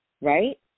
right